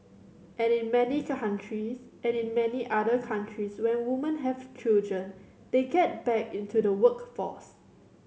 and in many countries and in many other countries when women have children they get back into the workforce